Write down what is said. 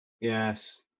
yes